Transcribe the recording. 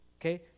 okay